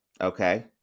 Okay